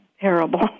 terrible